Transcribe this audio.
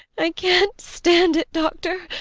i can't stand it, doctor,